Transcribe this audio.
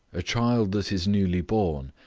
a child that is newly born,